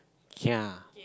kia